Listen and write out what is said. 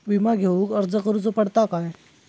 विमा घेउक अर्ज करुचो पडता काय?